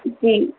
जी